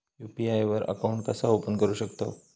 UPI वर account कसा open करू शकतव?